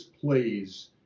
plays